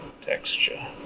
texture